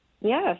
Yes